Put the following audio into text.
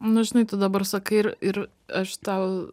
nu žinai tu dabar sakai ir ir aš tau